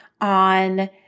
on